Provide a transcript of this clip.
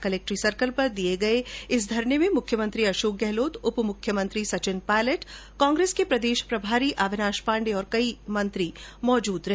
कलेक्ट्री circle पर दिये गये इस धरने में मुख्यमंत्री अशोक गहलोत उप मुख्यमंत्री सचिन पायलट कांग्रेस के प्रदेश प्रभारी अविनाश पाण्डे और कई मंत्री मौजूद रहे